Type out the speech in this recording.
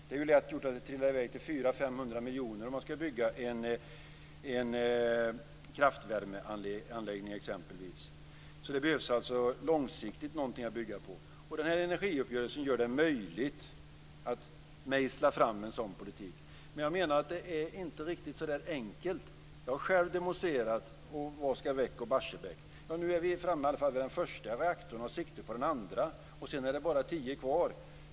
Det är lätt hänt att det trillar i väg till 400-500 miljoner kronor om man skall bygga exempelvis en kraftvärmeanläggning. Det behövs alltså något att bygga på långsiktigt. Den här energiuppgörelsen gör det möjligt att mejsla fram en sådan politik. Men jag menar att det inte riktigt är så där enkelt. Jag har själv demonstrerat och skrikit "Vad ska väck? - Barsebäck!". Nu är vi i alla fall framme vid den första reaktorn och har sikte på den andra. Sedan är det bara tio kvar.